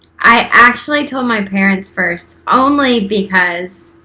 i actually told my parents first only because,